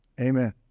amen